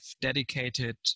dedicated